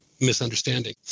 misunderstanding